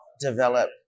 develop